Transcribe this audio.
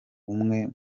umwe